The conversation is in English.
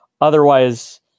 otherwise